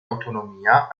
autonomia